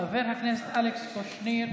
חבר הכנסת אלכס קושניר,